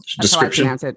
description